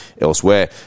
elsewhere